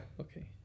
Okay